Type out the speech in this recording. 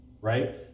right